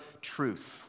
truth